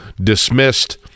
dismissed